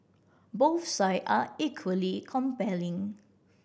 both side are equally compelling